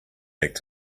back